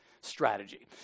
strategy